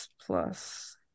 plus